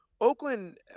oakland